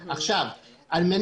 אז עכשיו אני